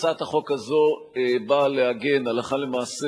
הצעת החוק הזאת באה לעגן הלכה למעשה